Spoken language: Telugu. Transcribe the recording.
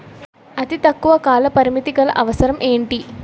అతి తక్కువ కాల పరిమితి గల అవసరం ఏంటి